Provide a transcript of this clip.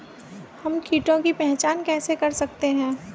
हम कीटों की पहचान कैसे कर सकते हैं?